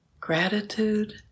Gratitude